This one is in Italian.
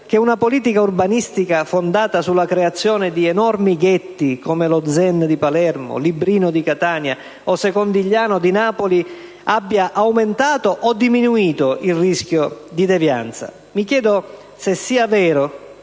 che una politica urbanistica fondata sulla creazione di enormi ghetti come lo Zen di Palermo, Librino di Catania o Secondigliano di Napoli abbia aumentato o diminuito il rischio di devianza? Mi chiedo se sia vero